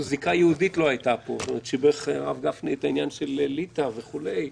הרב גפני, לעשות סדר זה בסדר,